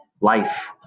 life